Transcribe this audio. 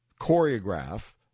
choreograph